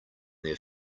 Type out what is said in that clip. their